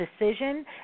decision